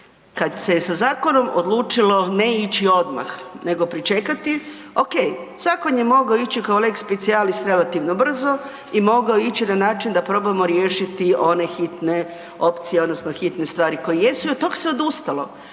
kada se je sa zakonom odlučilo ne ići odmah nego pričekati, ok, zakon je mogao ići kao lex specialis relativno brzo i mogao je ići na način da probamo riješiti one hitne opcije odnosno hitne stvari koje jesu, a od tog se odustalo,